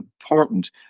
important